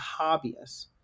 hobbyists